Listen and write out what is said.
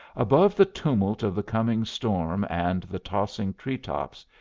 above the tumult of the coming storm and the tossing tree-tops,